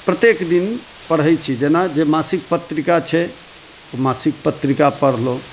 प्रत्येक दिन पढ़ै छी जेना जे मासिक पत्रिका छै ओ मासिक पत्रिका पढ़लहुँ